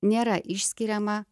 nėra išskiriama